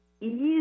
ease